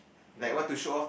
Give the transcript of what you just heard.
like want to show off